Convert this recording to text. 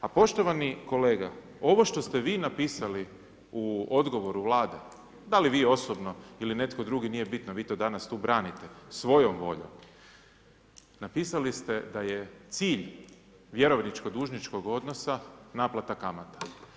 A poštovani kolega, ovo što ste vi napisali u odgovoru Vlade, dal i vi osobno ili netko drugi, nije bitno, vi to danas tu branite svojom voljom, napisali ste da je cilj vjerovničko dužničkog odnosa naplata kamata.